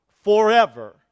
Forever